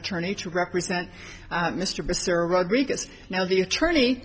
attorney to represent mr mr rodriguez now the attorney